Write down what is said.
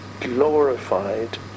glorified